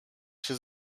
się